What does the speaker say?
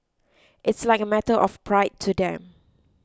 it's like a matter of pride to them